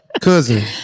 Cousin